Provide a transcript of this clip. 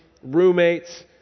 Roommates